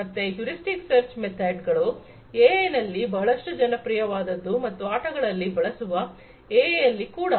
ಮತ್ತೆ heuristic search method ಗಳು AI ನಲ್ಲಿ ಬಹಳಷ್ಟು ಜನಪ್ರಿಯವಾದದ್ದು ಮತ್ತು ಆಟಗಳಲ್ಲಿ ಬಳಸುವ ಎಐ ಅಲ್ಲಿ ಕೂಡ